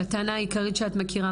שהטענה העיקרית שאת מכירה,